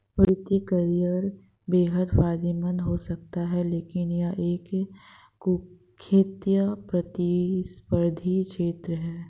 वित्तीय करियर बेहद फायदेमंद हो सकता है लेकिन यह एक कुख्यात प्रतिस्पर्धी क्षेत्र है